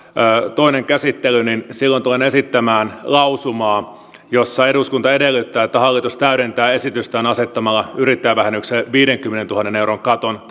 toinen käsittely tulen esittämään lausumaa jossa eduskunta edellyttää että hallitus täydentää esitystään asettamalla yrittäjävähennykselle viidenkymmenentuhannen euron katon